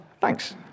Thanks